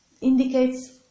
indicates